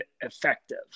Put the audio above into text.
effective